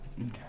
Okay